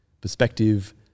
perspective